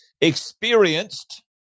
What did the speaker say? experienced